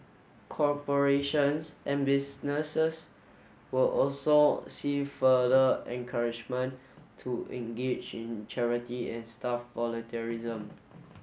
corporations and businesses will also see further encouragement to engage in charity and staff volunteerism